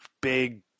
big